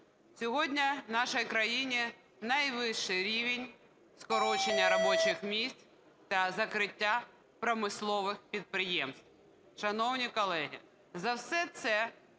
Сьогодні в нашій країні найвищий рівень скорочення робочих місць та закриття промислових підприємств.